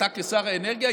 אתה כשר האנרגיה,